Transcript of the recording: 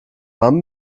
mann